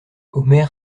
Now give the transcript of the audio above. omer